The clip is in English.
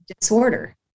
disorder